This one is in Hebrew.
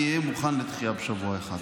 אני אהיה מוכן לדחייה בשבוע אחד.